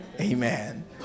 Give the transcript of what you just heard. Amen